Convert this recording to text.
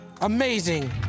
amazing